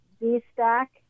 D-Stack